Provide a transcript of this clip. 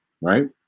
right